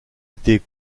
été